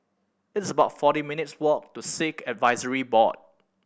it's about forty minutes' walk to Sikh Advisory Board